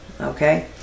Okay